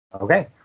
Okay